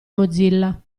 mozilla